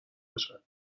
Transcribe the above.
باشن